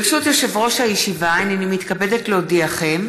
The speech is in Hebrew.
ברשות יושב-ראש הישיבה, הינני מתכבדת להודיעכם,